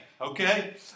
okay